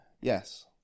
Yes